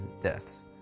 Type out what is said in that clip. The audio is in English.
deaths